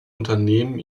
unternehmen